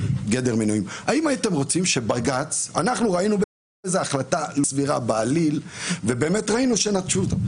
אנחנו ראינו בזה החלטה לא סבירה בעליל ובאמת ראינו שנטשו אותו.